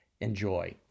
Enjoy